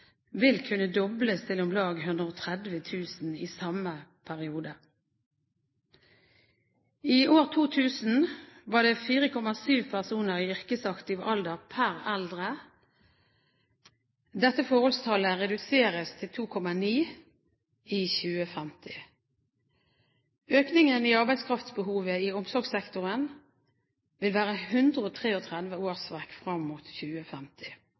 vil kunne dobles til om lag 130 000 i samme periode. I år 2000 var det 4,7 personer i yrkesaktiv alder pr. eldre. Dette forholdstallet reduseres til 2,9 i 2050. Økningen i arbeidskraftbehovet i omsorgssektoren vil være 133 000 årsverk frem mot 2050.